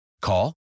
Call